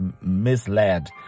misled